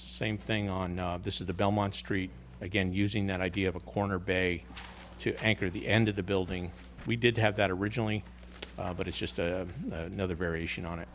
same thing on this is the belmont street again using that idea of a corner bay to anchor the end of the building we did have that originally but it's just another variation on it